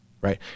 right